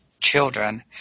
children